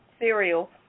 cereal